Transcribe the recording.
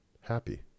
happy